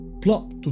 plop